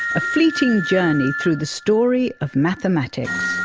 a fleeting journey through the story of mathematics.